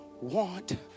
want